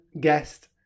guest